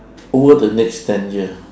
over the next ten years